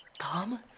come?